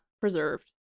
preserved